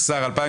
הרוויזיה הוסרה.